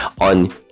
on